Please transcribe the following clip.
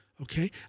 Okay